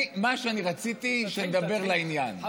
מה שאני רציתי, שנדבר לעניין, תתחיל, תתחיל.